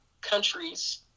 countries